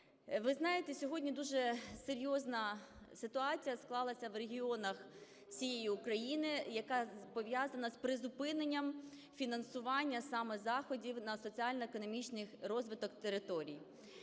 Ви знаєте, сьогодні дуже серйозна ситуація склалася в регіонах всієї України, яка пов'язана з призупиненням фінансування саме заходів на соціально-економічний розвиток територій.